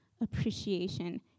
appreciation